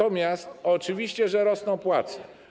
Oczywiście, że rosną płace.